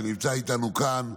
שנמצא איתנו כאן,